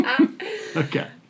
Okay